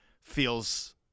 feels